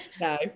No